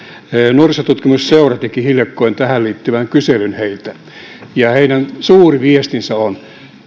nuorisotutkimusseura teki heille hiljakkoin tähän liittyvän kyselyn ja heidän suuri viestinsä on